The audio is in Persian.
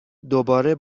دوباره